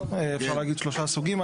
אפשר להגיד שלושה סוגים.